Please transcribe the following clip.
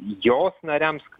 jos nariams